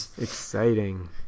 Exciting